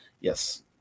Yes